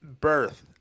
birth